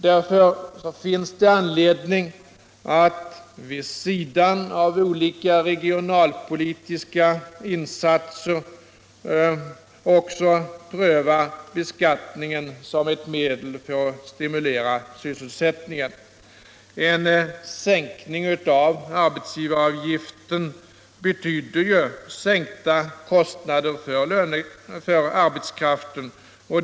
Därför finns det anledning att vid sidan av olika regionalpolitiska insatser också pröva beskattningen som ett medel för att stimulera sysselsättningen. En sänkning av arbetsgivaravgiften betyder ju sänkta kostnader för arbetskraften.